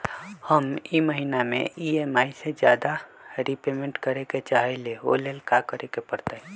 हम ई महिना में ई.एम.आई से ज्यादा रीपेमेंट करे के चाहईले ओ लेल की करे के परतई?